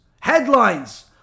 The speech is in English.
headlines